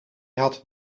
had